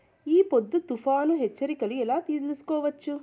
ఈ పొద్దు తుఫాను హెచ్చరికలు ఎలా తెలుసుకోవచ్చు?